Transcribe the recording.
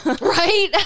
Right